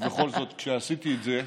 ובכל זאת, כשעשיתי את זה,